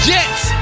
Jets